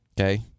Okay